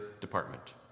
department